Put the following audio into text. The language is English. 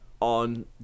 on